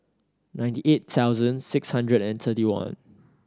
ninety eight thousand six hundred and thirty one